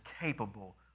capable